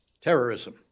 terrorism